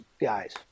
guys